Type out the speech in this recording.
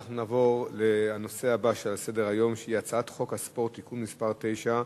אנחנו נעבור לנושא הבא שעל סדר-היום: הצעת חוק הספורט (תיקון מס' 9)